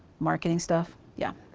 marketing stuff, yeah.